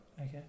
Okay